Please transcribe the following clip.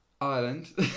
Ireland